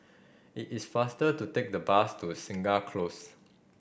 it is faster to take the bus to Segar Close